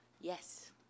Yes